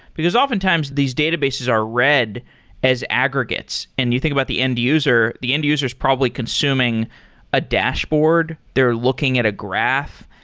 because oftentimes these databases are read as aggregates, and you think about the end user, the end user is probably consuming a dashboard. they're looking at a graph.